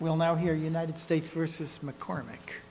well now here united states versus mccormick